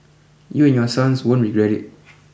you and your sons won't regret it